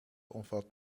omvat